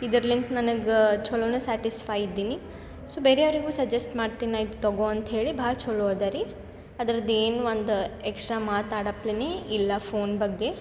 ಇದ್ರಲಿಂತ್ ನನಗೆ ಚಲೋನೇ ಸ್ಯಾಟಿಸಫೈಡ್ ಇದ್ದೀನಿ ಸೊ ಬೇರೆಯವ್ರಿಗು ಸಜೆಸ್ಟ್ ಮಾಡ್ತಿನಿ ನಾ ಇದು ತೊಗೋ ಅಂತೇಳಿ ಭಾಳ್ ಚಲೋ ಅದ ರೀ ಅದ್ರದ್ದು ಏನು ಒಂದು ಎಕ್ಸ್ಟ್ರಾ ಮಾತಾಡ್ಲಪನಿ ಇಲ್ಲ ಫೋನ್ ಬಗ್ಗೆ